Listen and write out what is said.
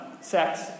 Sex